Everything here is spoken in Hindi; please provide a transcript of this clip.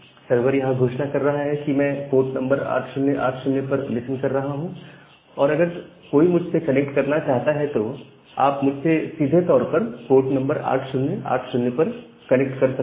सर्वर यहां घोषणा कर रहा है कि मैं पोर्ट नंबर 8080 पर लिसन कर रहा हूं और अगर कोई मुझसे कनेक्ट करना चाहता है तो आप मुझसे सीधे तौर पर पोर्ट नंबर 8080 पर कनेक्ट सकते हैं